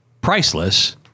priceless